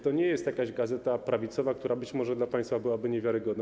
To nie jest jakaś gazeta prawicowa, która być może dla państwa byłaby niewiarygodna.